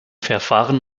verfahren